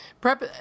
prep